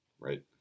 Right